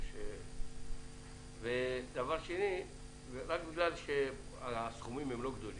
רק בגלל שהסכומים הם לא גדולים,